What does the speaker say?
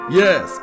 yes